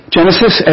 Genesis